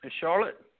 Charlotte